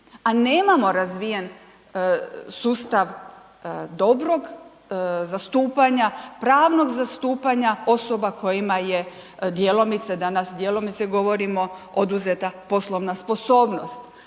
a nemamo razvijen sustav dobrog zastupanja, pravnog zastupanja osoba kojima je djelomice, danas djelomice govorimo, oduzeta poslovna sposobnost.